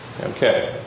Okay